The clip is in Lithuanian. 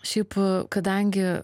šiaip kadangi